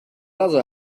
other